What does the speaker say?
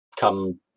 come